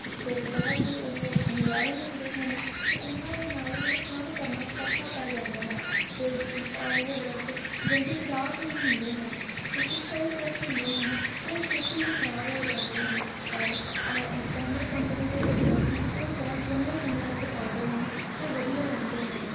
ਅਤੇ ਬਹੁਤ ਹੀ ਉਹ ਮੁਲਾਇਮ ਹੁੰਦੇ ਹਨ ਅਤੇ ਉਹਨਾਂ ਦੇ ਨਾਲ ਮੈਨੂੰ ਕੰਮ ਕਰਨਾ ਸੌਖਾ ਪੈ ਜਾਂਦਾ ਹੈ ਅਤੇ ਜਿੰਨ ਉਹ ਬ੍ਰੱਸ਼ ਜਲਦੀ ਖ਼ਰਾਬ ਵੀ ਨਹੀਂ ਹੁੰਦੇ ਹਨ ਕਿਉਂਕਿ ਕਈ ਬ੍ਰੱਸ਼ ਹੁੰਦੇ ਹਨ ਉਹ ਛੇਤੀ ਹੀ ਖ਼ਰਾਬ ਹੋ ਜਾਂਦੇ ਹਨ ਪਰ ਆਹ ਉਹ ਕੈਮਲ ਕੰਪਨੀ ਦੇ ਜੋ ਬ੍ਰੱਸ਼ ਹਨ ਉਹ ਬਹੁਤ ਲੰਬੇ ਸਮੇਂ ਤੱਕ ਚੱਲਦੇ ਹਨ ਅਤੇ ਵਧੀਆ ਰਹਿੰਦੇ ਹਨ